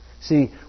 See